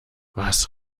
was